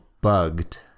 Bugged